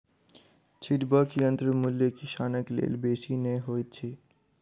छिटबाक यंत्रक मूल्य किसानक लेल बेसी नै होइत छै